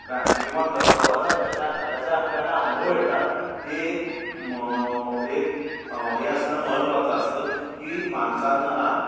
काय किंवा क प्रवासात कशा अ कशा आपल्याला अनुभव येतात हे एक मग एक हे असणं महत्त्वाचं असतं की माणसानं हा